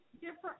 different